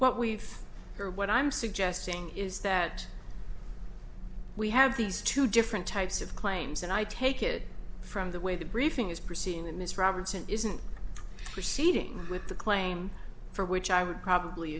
what we are what i'm suggesting is that we have these two different types of claims and i take it from the way the briefing is proceeding that ms robinson isn't proceeding with the claim for which i would probably